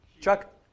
Chuck